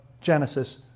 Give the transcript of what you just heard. Genesis